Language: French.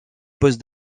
poste